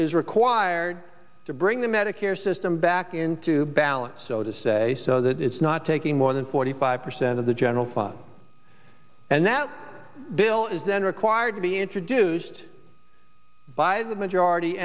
is required to bring the medicare system back into balance so to say so that it's not taking more than forty five percent of the general fund and that bill is then required to be introduced by the majority